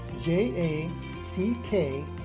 J-A-C-K